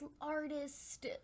artist